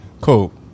Cool